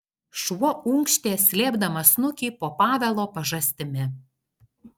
šuo unkštė slėpdamas snukį po pavelo pažastimi